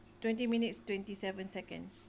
twenty minutes twenty seven seconds